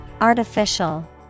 Artificial